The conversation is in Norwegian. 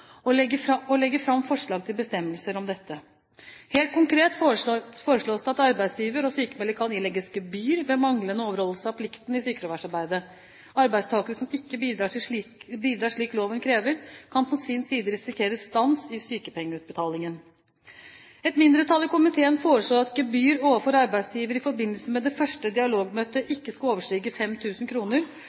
fram forslag til bestemmelser om dette. Helt konkret foreslås det at arbeidsgiver og sykmelder kan ilegges gebyr ved manglende overholdelse av pliktene i sykefraværsarbeidet. Arbeidstakere som ikke bidrar slik loven krever, kan på sin side risikere stans i sykepengeutbetalingene. Et mindretall i komiteen foreslår at gebyr overfor arbeidsgiver i forbindelse med det første dialogmøtet ikke skal overstige